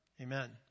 Amen